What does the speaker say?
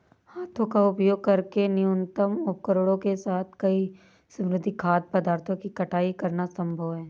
हाथों का उपयोग करके न्यूनतम उपकरणों के साथ कई समुद्री खाद्य पदार्थों की कटाई करना संभव है